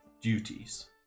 duties